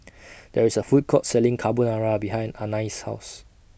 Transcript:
There IS A Food Court Selling Carbonara behind Anais' House